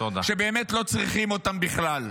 כשבאמת לא צריכים אותם בכלל.